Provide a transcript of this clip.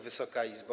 Wysoka Izbo!